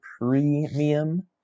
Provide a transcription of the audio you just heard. premium